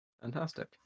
Fantastic